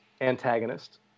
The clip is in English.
antagonist